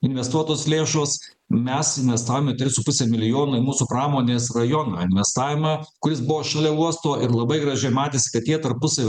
investuotos lėšos mes investavome tris su puse milijono į mūsų pramonės rajoną investavimą kuris buvo šalia uosto ir labai gražiai matėsi kad jie tarpusavy